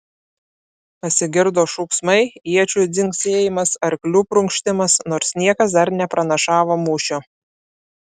pasigirdo šūksmai iečių dzingsėjimas arklių prunkštimas nors niekas dar nepranašavo mūšio